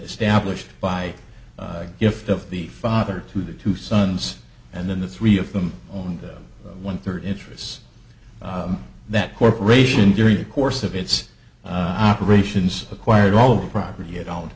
established by a gift of the father to their two sons and then the three of them on one third interest that corporation during the course of its operations acquired all of the property at all and